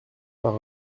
par